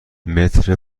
متر